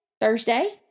Thursday